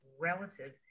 relative